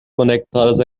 conectadas